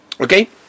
Okay